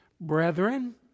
Brethren